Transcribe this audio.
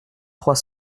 trois